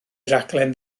raglen